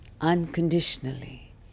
unconditionally